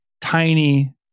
tiny